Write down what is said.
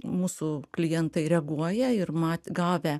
mūsų klientai reaguoja ir mat gavę